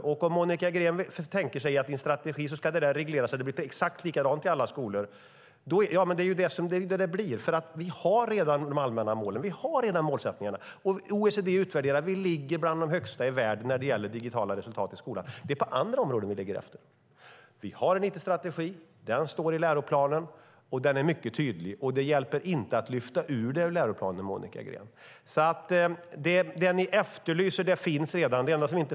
Monica Green kanske tänker sig att det ska regleras i en strategi så att det blir exakt likadant i alla skolor, och så blir det också. Vi har redan de allmänna målen, målsättningarna. I OECD:s utvärdering ligger vi bland de högsta i världen när det gäller digitala resultat i skolan. Det är på andra områden vi ligger efter. Vi har en it-strategi. Den står i läroplanen, och den är mycket tydlig. Det hjälper inte att lyfta ut den ur läroplanen, Monica Green. Det ni efterlyser finns redan.